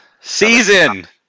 season